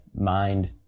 mind